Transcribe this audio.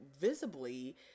visibly